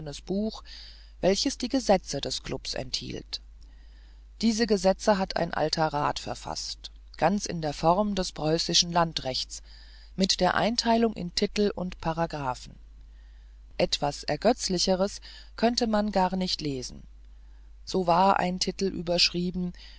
welches die gesetze des klubs enthielt diese gesetze hatte ein alter rat verfaßt ganz in der form des preußischen landrechts mit der einteilung in titel und paragraphen etwas ergötzlicheres konnte man gar nicht lesen so war ein titel überschrieben